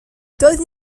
doeddwn